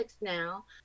now